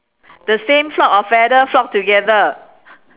the same flock of feather flock together